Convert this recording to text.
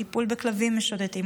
טיפול בכלבים משוטטים,